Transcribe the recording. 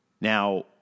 Now